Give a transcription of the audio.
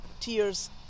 Tears